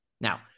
Now